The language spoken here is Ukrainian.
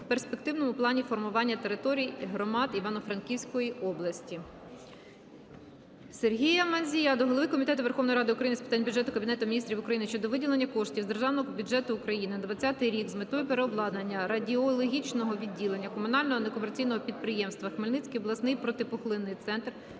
в Перспективному плані формування територій громад Івано-Франківської області. Сергія Мандзія до голови Комітету Верховної Ради України з питань бюджету, Кабінету Міністрів України щодо виділення коштів з Державного бюджету України на 2020 рік з метою переобладнання радіологічного відділення комунального некомерційного підприємства "Хмельницький обласний протипухлинний центр"